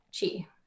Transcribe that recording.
chi